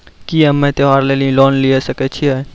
की हम्मय त्योहार लेली लोन लिये सकय छियै?